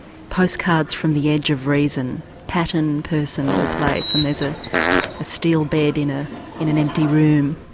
postcards from the edge of reason, pattern, person or place and there's a steel bed in ah in an empty room.